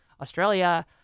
Australia